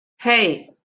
hey